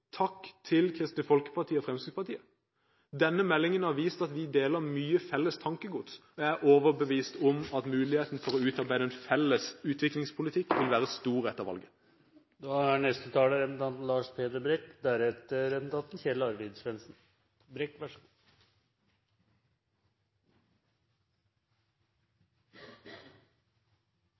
Takk til Kristelig Folkeparti og Fremskrittspartiet. Denne meldingen har vist at vi deler mye felles tankegods. Jeg er overbevist om at muligheten for å utarbeide en felles utviklingspolitikk etter valget vil være stor.